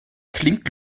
klingt